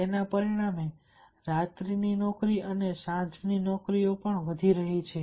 તેના પરિણામે રાત્રિ નોકરી અને સાંજની નોકરીઓ પણ વધી રહી છે